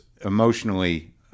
emotionally